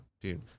dude